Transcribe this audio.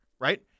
right